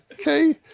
Okay